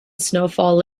snowfall